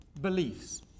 beliefs